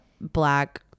black